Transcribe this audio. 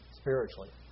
spiritually